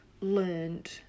learned